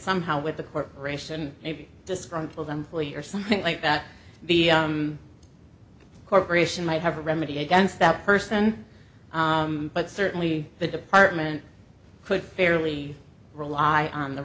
somehow with the corporation maybe disgruntled employee or something like that corporation might have a remedy against that person but certainly the department could fairly rely on the